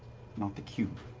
not the cube.